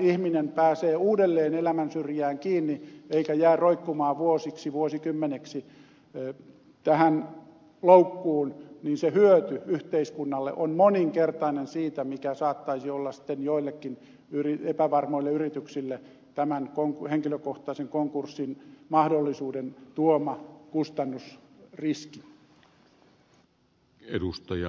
ihminen pääsee uudelleen elämänsyrjään kiinni eikä jää roikkumaan vuosiksi vuosikymmeneksi tähän loukkuun on moninkertainen verrattuna siihen mikä saattaisi olla sitten joillekin epävarmoille yrityksille tämän henkilökohtaisen konkurssin mahdollisuuden tuoma kustannusriski